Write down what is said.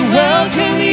welcome